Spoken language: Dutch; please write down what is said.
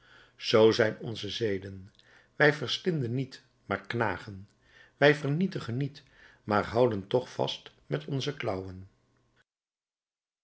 zoo zijn onze zeden wij verslinden niet maar knagen wij vernietigen niet maar houden toch vast met onze